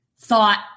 thought